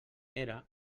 era